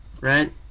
right